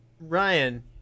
Ryan